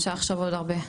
אפשר לחשוב על עוד הרבה.